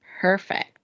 Perfect